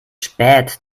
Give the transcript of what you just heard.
spät